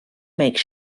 make